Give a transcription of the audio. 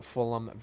Fulham